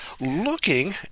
Looking